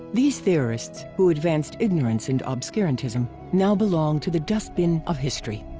these theorists who advanced ignorance and obscurantism now belong to the dustbin of history.